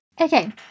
Okay